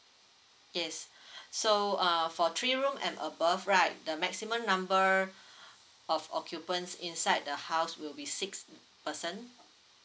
yes so uh for three room and above right the maximum number of occupants inside the house will be six person